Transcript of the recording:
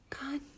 God